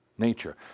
nature